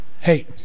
Hey